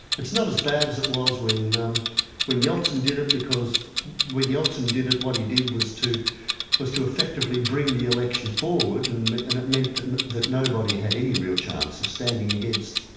it's not as bad as it was when um when yeltsin did it, because when yeltsin did it, what he did was to was to effectively bring the election forward and and it meant that and that nobody had any real chance of standing against